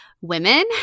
women